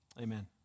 Amen